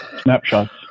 Snapshots